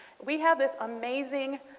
we have this amazing